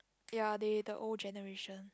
ya they the old generation